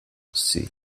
sea